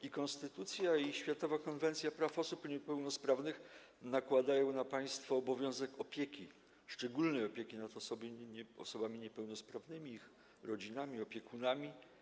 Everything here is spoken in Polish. I konstytucja, i światowa Konwencja praw osób niepełnosprawnych nakładają na państwo obowiązek opieki, szczególnej opieki nad osobami niepełnosprawnymi, ich rodzinami, opiekunami.